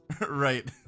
right